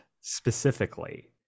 specifically